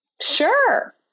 Sure